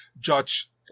judge